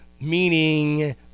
meaning